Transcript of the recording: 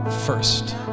first